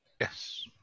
Yes